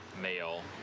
Male